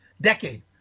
decade